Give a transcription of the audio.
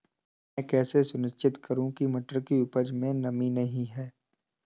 मैं कैसे सुनिश्चित करूँ की मटर की उपज में नमी नहीं है?